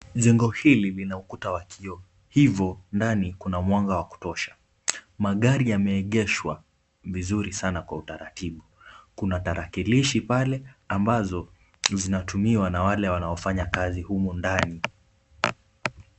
Jengo hili lina ukuta wa kioo hivo ndani kuna mwanga wa kutosha. Magari yameegeshwa vizuri sana kwa utaratibu. Kuna tarakilishi pale ambazo zinatumiwa na wale wanaofanya kazi humu ndani.